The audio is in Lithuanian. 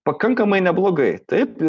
pakankamai neblogai taip